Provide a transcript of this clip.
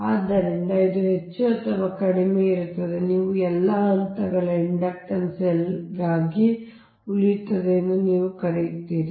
ಆದ್ದರಿಂದ ಇದು ಹೆಚ್ಚು ಅಥವಾ ಕಡಿಮೆ ಇರುತ್ತದೆ ನೀವು ಎಲ್ಲಾ ಹಂತಗಳ ಇಂಡಕ್ಟನ್ಸ್ L ಆಗಿ ಉಳಿಯುತ್ತದೆ ಎಂದು ನೀವು ಕರೆಯುತ್ತೀರಿ